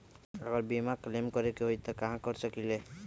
अगर बीमा क्लेम करे के होई त हम कहा कर सकेली?